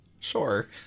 Sure